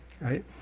right